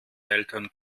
eltern